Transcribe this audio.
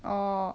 orh